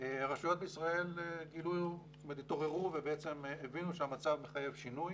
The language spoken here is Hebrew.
הרשויות בישראל התעוררו והבינו שהמצב מחייב שינוי